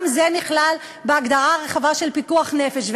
גם זה נכלל בהגדרה הרחבה של פיקוח נפש.